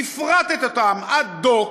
והפרטתם אותם עד דק.